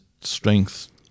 strength